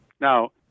Now